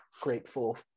grateful